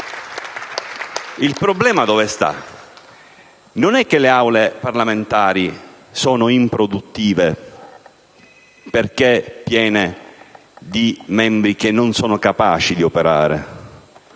Il problema però non è che le Aule parlamentari sono improduttive perché piene di membri che non sono capaci di operare: